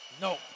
No